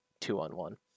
two-on-one